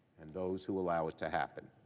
and those who allowed to happen.